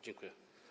Dziękuję.